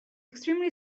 extremely